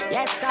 Yes